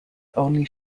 only